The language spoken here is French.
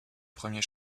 premier